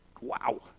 Wow